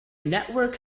network